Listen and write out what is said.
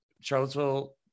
Charlottesville